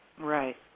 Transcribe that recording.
Right